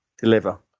deliver